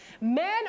Men